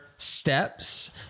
Steps